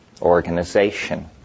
organization